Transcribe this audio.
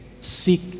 seek